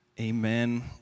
Amen